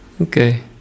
Okay